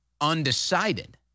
undecided